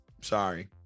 sorry